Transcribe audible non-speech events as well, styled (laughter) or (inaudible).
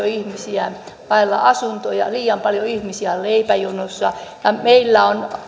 (unintelligible) ihmisiä vailla asuntoa liian paljon ihmisiä on leipäjonossa ja meillä on